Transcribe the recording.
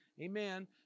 Amen